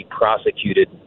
prosecuted